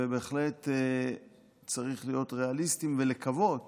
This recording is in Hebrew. ובהחלט צריך להיות ריאליסטיים ולקוות